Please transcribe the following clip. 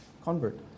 convert